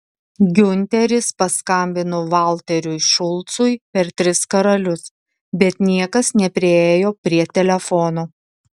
giunteris paskambino valteriui šulcui per tris karalius bet niekas nepriėjo prie telefono